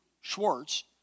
Schwartz